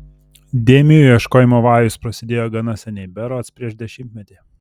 dėmių ieškojimo vajus prasidėjo gana seniai berods prieš dešimtmetį